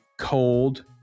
cold